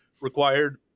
required